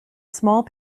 small